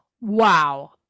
wow